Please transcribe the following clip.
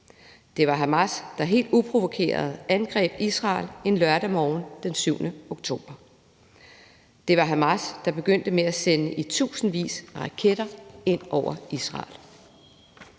Det var Hamas, der helt uprovokeret angreb Israel en lørdag morgen, den 7. oktober. Det var Hamas, der begyndte med at sende i tusindvis af raketter ind over Israel.